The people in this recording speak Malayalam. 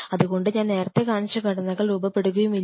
അതുകൊണ്ട് ഞാൻ നേരത്തെ കാണിച്ച ഘടനകൾ രൂപപ്പെടുകയുമില്ല